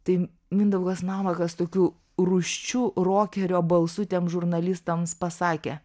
tai mindaugas navakas tokių rūsčiu rokerio balsu tiem žurnalistams pasakė